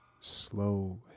slow